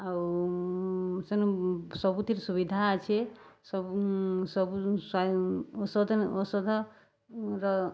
ଆଉ ସେନୁ ସବୁଥିର୍ ସୁବିଧା ଅଛେ ସବୁ ଔଷଧ ଔଷଧର